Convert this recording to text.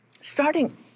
Starting